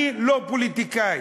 אני לא פוליטיקאי.